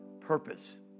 purpose